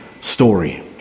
story